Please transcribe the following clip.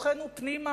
בתוכנו פנימה,